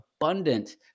abundant